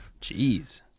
Jeez